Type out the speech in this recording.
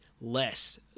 less